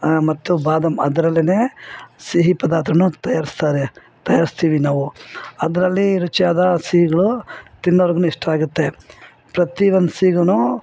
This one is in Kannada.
ಮತ್ತು ಬಾದಾಮಿ ಅದ್ರಲ್ಲೆ ಸಿಹಿ ಪದಾರ್ಥ ತಯಾರಿಸ್ತಾರೆ ತಯಾರಿಸ್ತೀವಿ ನಾವು ಅದರಲ್ಲಿ ರುಚಿಯಾದ ಸಿಹಿಗ್ಳು ತಿನ್ನೋರ್ಗು ಇಷ್ಟ ಆಗುತ್ತೆ ಪ್ರತಿ ಒಂದು ಸಿಹಿಗು